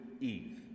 Eve